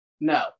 No